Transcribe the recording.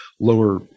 lower